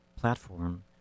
platform